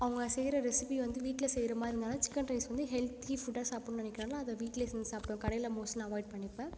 அவங்க செய்கிற ரெசிப்பி வந்து வீட்டில செய்கிற மாதிரி இருந்தாலும் சிக்கன் ரைஸ் வந்து ஹெல்த்தி ஃபுட்டா சாப்பிட்ணும்னு நினக்கிறதுனால அதை வீட்டிலயே செஞ்சு சாப்பிடுவேன் கடையில மோஸ்ட்லி நான் அவாய்ட் பண்ணிப்பேன்